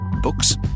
Books